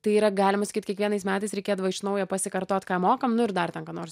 tai yra galima sakyt kiekvienais metais reikėdavo iš naujo pasikartot ką mokam nu ir dar ten ką nors